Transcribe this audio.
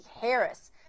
Harris